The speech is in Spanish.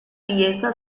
pieza